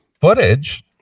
footage